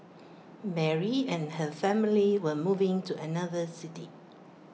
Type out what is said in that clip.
Mary and her family were moving to another city